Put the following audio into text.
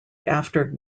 after